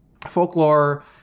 folklore